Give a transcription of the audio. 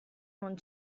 non